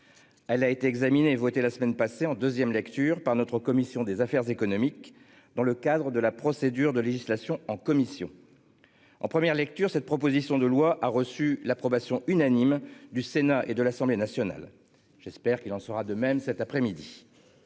Elle a été examinée et votée la semaine passée en deuxième lecture par notre commission des affaires économiques dans le cadre de la procédure de législation en commission. En première lecture cette proposition de loi a reçu l'approbation unanime du Sénat et de l'Assemblée nationale. J'espère qu'il en sera de même cet après-midi.